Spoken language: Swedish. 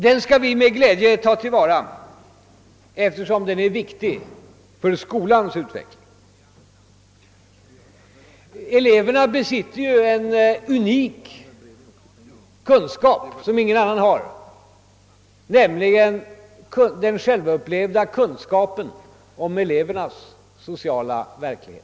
Den skall vi med glädje ta till vara — den är viktig för skolans utveckling. Eleverna besitter ju en unik kunskap, nämligen kunskapen om elevernas sociala verklighet.